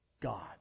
God